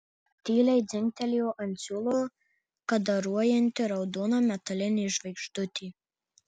tyliai dzingtelėjo ant siūlo kadaruojanti raudona metalinė žvaigždutė